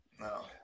No